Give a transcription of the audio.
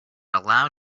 allowed